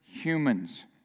Humans